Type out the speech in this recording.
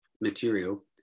material